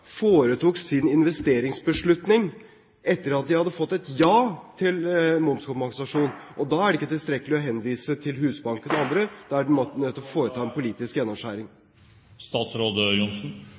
foretok sin investeringsbeslutning etter at de hadde fått et ja til momskompensasjon. Og da er det ikke tilstrekkelig å henvise til Husbanken eller andre , da er man nødt til å foreta en politisk